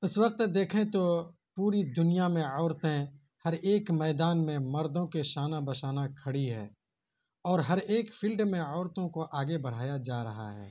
اس وقت دیکھیں تو پوری دنیا میں عورتیں ہر ایک میدان میں مردوں کے شانہ بشانہ کھڑی ہے اور ہر ایک فیلڈ میں عورتوں کو آگے بڑھایا جا رہا ہے